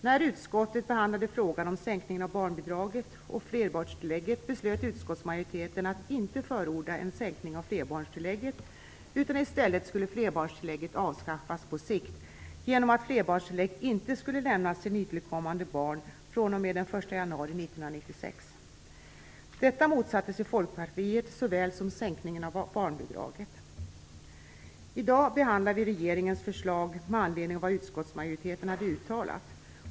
När utskottet behandlade frågan om sänkningen av barnbidraget och flerbarnstillägget beslutade utskottsmajoriteten att inte förorda en sänkning av flerbarnstillägget, utan i stället skulle det avskaffas på sikt genom att flerbarnstillägg inte skulle lämnas till nytillkommande barn från den 1 januari 1996. Detta såväl sänkningen av barnbidraget motsatte sig Folkpartiet. I dag behandlar vi regeringens förslag med anledning av vad utskottsmajoriteten hade uttalat.